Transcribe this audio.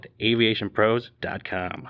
AviationPros.com